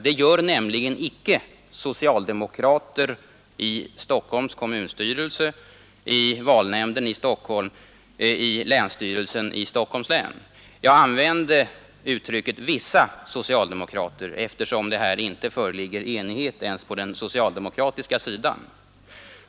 Det gör nämligen inte socialdemokrater i Stockholms kommunstyrelse, i valnämnden i Stockholm och i länsstyrelsen i Stockholms län. Jag använde uttrycket ”vissa socialdemokrater”, eftersom det här inte föreligger enighet ens på den socialdemokratiska sidan.